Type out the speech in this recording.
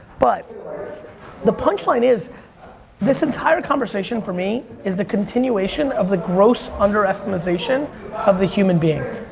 but the punchline is this entire conversation for me is the continuation of the gross underestimisation of the human being.